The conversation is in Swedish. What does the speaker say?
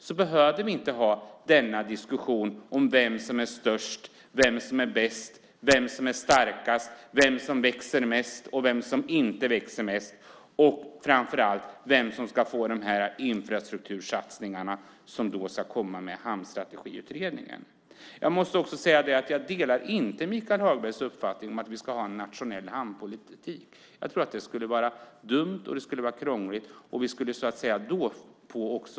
Då behövde vi inte ha denna diskussion om vem som är störst, vem som är bäst, vem som är starkast, vem som växer mest, vem som inte växer mest och framför allt vem som ska få de infrastruktursatsningar som ska komma med Hamnstrategiutredningen. Jag måste också säga att jag inte delar Michael Hagbergs uppfattning att vi ska ha en nationell hamnpolitik. Jag tror att det skulle vara dumt, och det skulle vara krångligt.